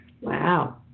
Wow